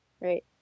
Right